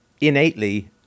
innately